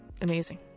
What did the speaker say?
amazing